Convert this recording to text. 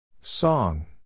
Song